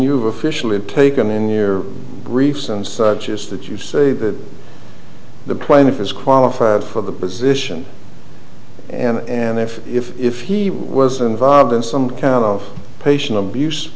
you've officially taken in their briefs and such is that you say that the plaintiff is qualified for the position and and if if if he was involved in some kind of patient of abuse